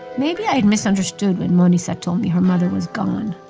maybe i had misunderstood when manisha told me her mother was gone.